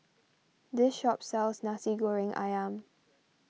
this shop sells Nasi Goreng Ayam